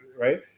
right